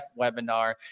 webinar